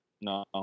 No